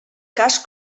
cas